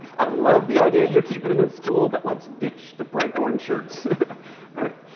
i love the idea you're keeping them in school, but let's ditch the bright orange shirts. all right?